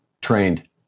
Trained